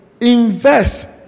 invest